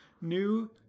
new